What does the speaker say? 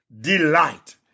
delight